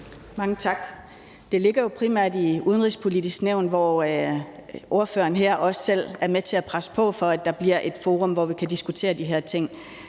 Mange tak. Det ligger jo primært i Det Udenrigspolitiske Nævn, hvor ordføreren her også selv er med til at presse på, for at der bliver et forum, hvor vi kan diskutere de her ting.